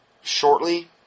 shortly